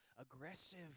aggressive